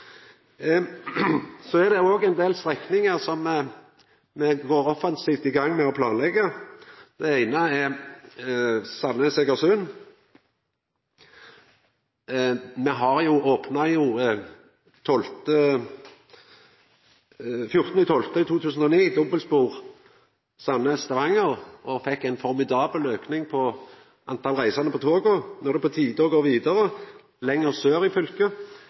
Så er det òg ein del strekningar som me går offensivt i gang med å planleggja. Det eine er Sandnes–Egersund. Me opna jo 14. desember i 2009 dobbeltspor Sandnes–Stavanger, og fekk ein formidabel auke i talet på reisande på toga. Nå er det på tide å gå vidare, lenger sør i fylket,